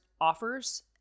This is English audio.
offers